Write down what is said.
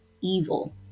evil